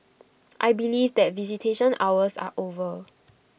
I believe that visitation hours are over